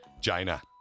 China